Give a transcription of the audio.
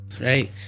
right